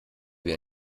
wie